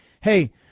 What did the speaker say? Hey